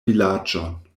vilaĝon